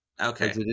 Okay